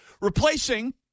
replacing